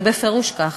זה בפירוש כך.